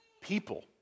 people